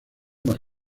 más